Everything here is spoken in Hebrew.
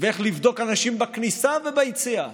ואיך לבדוק אנשים בכניסה וביציאה,